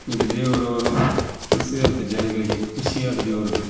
ನಮಗೆ ದೇವರು ಅವರು ಜನಗಳಿಗೆ ಖುಷಿಯಾದ ದೇವರದು